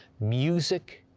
music,